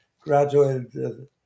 graduated